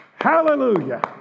Hallelujah